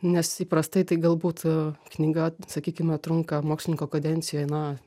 nes įprastai tai galbūt knyga sakykime trunka mokslininko kadencijoj na